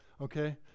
okay